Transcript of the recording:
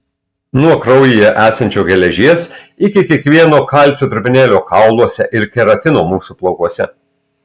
nuo kraujyje esančio geležies iki kiekvieno kalcio trupinėlio kauluose ir keratino mūsų plaukuose